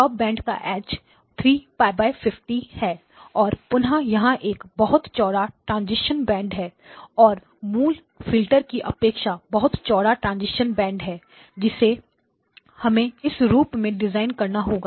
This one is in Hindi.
स्टॉप बैंड का एज 3 π50 है और पुन्हा यहां एक बहुत चौड़ा ट्रांजीशन बैंड है और मूल फिल्टर की अपेक्षा बहुत चौड़ा ट्रांजीशन बैंड है जिसे हमें इस रूप में डिज़ाइन करना होगा